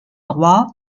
droit